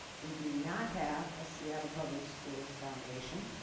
we do not have a seattle public schools foundation.